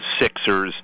Sixers